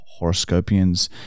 horoscopians